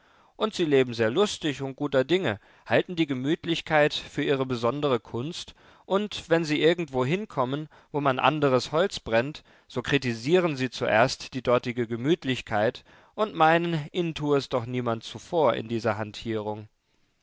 und sie leben sehr lustig und guter dinge halten die gemütlichkeit für ihre besondere kunst und wenn sie irgendwo hinkommen wo man anderes holz brennt so kritisieren sie zuerst die dortige gemütlichkeit und meinen ihnen tue es doch niemand zuvor in dieser hantierung